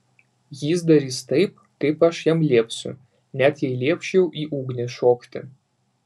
jis darys taip kaip aš jam liepsiu net jei liepčiau į ugnį šokti